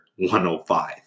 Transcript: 105